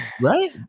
right